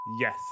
Yes